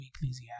Ecclesiastes